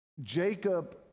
Jacob